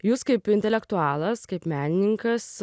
jūs kaip intelektualas kaip menininkas